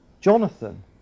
Jonathan